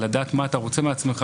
לדעת מה אתה רוצה מעצמך,